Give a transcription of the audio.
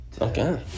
Okay